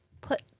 put